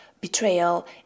betrayal